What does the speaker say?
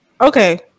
Okay